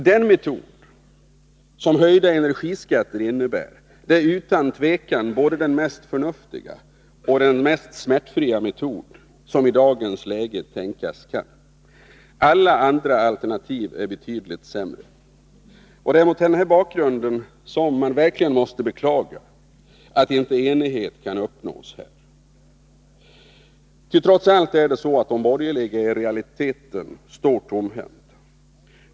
Den metod som höjda energiskatter utgör är utan tvivel både den mest förnuftiga och den mest smärtfria metod som i dagens läge tänkas kan. Alla andra alternativ är betydligt sämre. Mot den bakgrunden måste man verkligen beklaga att enighet inte kan uppnås. Trots allt är det så att de borgerliga i realiteten står tomhänta.